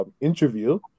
interview